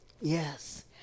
Yes